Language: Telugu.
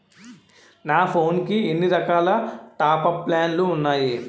నా ఫోన్ కి ఎన్ని రకాల టాప్ అప్ ప్లాన్లు ఉన్నాయి?